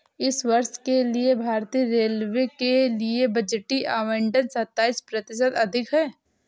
इस वर्ष के लिए भारतीय रेलवे के लिए बजटीय आवंटन सत्ताईस प्रतिशत अधिक है